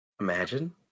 Imagine